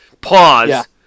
Pause